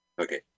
Okay